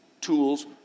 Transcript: tools